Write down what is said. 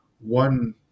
one